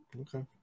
Okay